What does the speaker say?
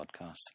podcast